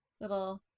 little